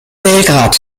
belgrad